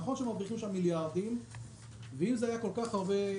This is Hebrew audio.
נכון שמרוויחים שם מיליארדים ואם זה היה כל כך פשוט